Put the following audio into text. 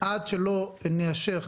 תקופה עד שלא ניישר קו.